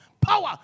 Power